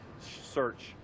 search